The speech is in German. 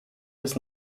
bis